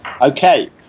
Okay